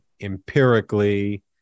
empirically